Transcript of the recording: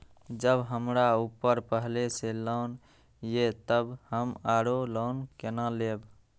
जब हमरा ऊपर पहले से लोन ये तब हम आरो लोन केना लैब?